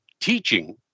teaching